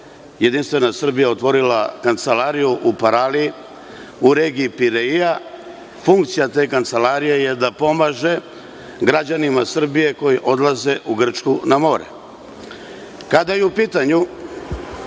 Jedinstvena Srbija je otvorila Kancelariju u Paraliji, u regiji Pireija. Funkcija te Kancelarije je da pomaže građanima Srbije koji odlaze u Grčku na more. Kada je u pitanju